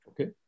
Okay